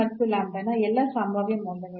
ಮತ್ತು ನ ಎಲ್ಲಾ ಸಂಭಾವ್ಯ ಮೌಲ್ಯಗಳು